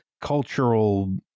cultural